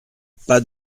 pas